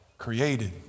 created